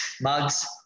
Mugs